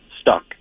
stuck